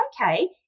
okay